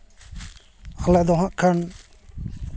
ᱟᱞᱮ ᱫᱚ ᱦᱟᱸᱜ ᱠᱷᱟᱱ